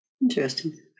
interesting